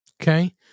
okay